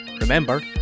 Remember